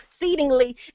exceedingly